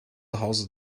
hause